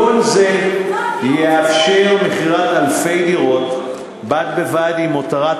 תיקון זה יאפשר מכירת אלפי דירות בד בבד עם הותרת